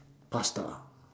pasta